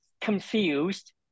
confused